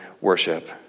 worship